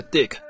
Dick 。